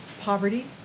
poverty